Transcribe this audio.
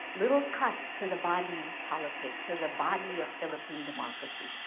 little cuts to the body politic, to the body of philippine democracy.